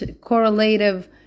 correlative